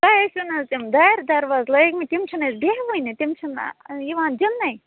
تۄہہِ ٲسِو نا حظ تِم دارِ دروازٕ لٲگمٕتۍ تِم چھِ نہٕ اَسہِ بیٚہوانٕے تِم چھِ نہٕ یِوان دِنٕے